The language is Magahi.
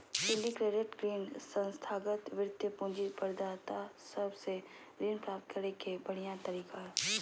सिंडिकेटेड ऋण संस्थागत वित्तीय पूंजी प्रदाता सब से ऋण प्राप्त करे के बढ़िया तरीका हय